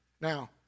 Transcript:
Now